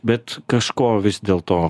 bet kažko vis dėlto